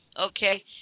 Okay